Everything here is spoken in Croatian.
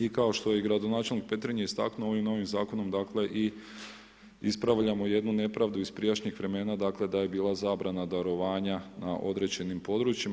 I kao što je i gradonačelnik Petrinje istaknuo ovim novim zakonom dakle i ispravljamo jednu nepravdu iz prijašnjih vremena dakle da je bila zabrana darovanja na određenim područjima.